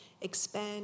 expand